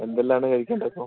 എന്തെല്ലം ആണ് കഴിക്കേണ്ടത് അപ്പം